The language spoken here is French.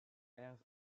herve